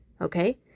okay